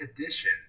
edition